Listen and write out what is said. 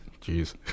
Jeez